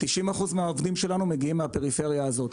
90% מהעובדים שלנו מגיעים מהפריפריה הזאת.